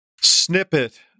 snippet